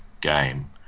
game